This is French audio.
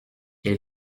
elle